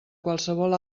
qualsevol